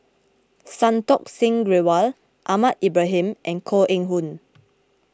Santokh Singh Grewal Ahmad Ibrahim and Koh Eng Hoon